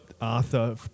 Arthur